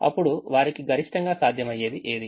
అప్పుడు వారికి గరిష్టంగా సాధ్యమయ్యేది ఏది